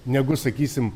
negu sakysim